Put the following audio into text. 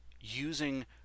using